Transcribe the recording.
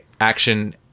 action